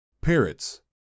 Parrots